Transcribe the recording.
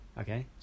Okay